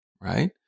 right